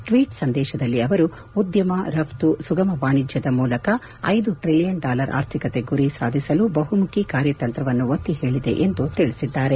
tweet ಸಂದೇಶದಲ್ಲಿ ಅವರು ಉದ್ಯಮ ರಪ್ತು ಸುಗಮ ವಾಣಿಜ್ಯದ ಮೂಲಕ ಐದು ಟ್ರಲಿಯನ್ ಡಾಲರ್ ಆರ್ಥಿಕತೆ ಗುರಿ ಸಾಧಿಸಲು ಬಪುಮುಖಿ ಕಾರ್ಯತಂತ್ರವನ್ನು ಒತ್ತಿ ಹೇಳಿದೆ ಎಂದು ತಿಳಿಸಿದ್ದಾರೆ